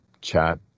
chat